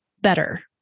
better